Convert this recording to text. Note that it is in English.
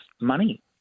money